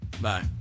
Bye